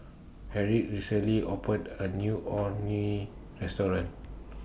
Harriette recently opened A New Orh Nee Restaurant